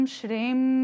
Shrim